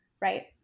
Right